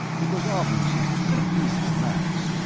it was obviously too deep for max,